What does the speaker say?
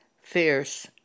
fierce